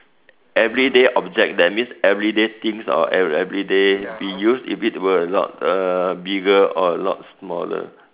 everyday object that means everyday things or everyday be used if it were a lot err bigger or a lot smaller